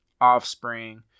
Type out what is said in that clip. offspring